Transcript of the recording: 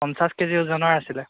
পঞ্চাছ K G ওজনৰ আছিলে